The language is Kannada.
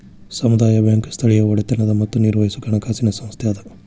ಸಮುದಾಯ ಬ್ಯಾಂಕ್ ಸ್ಥಳೇಯ ಒಡೆತನದ್ ಮತ್ತ ನಿರ್ವಹಿಸೊ ಹಣಕಾಸಿನ್ ಸಂಸ್ಥೆ ಅದ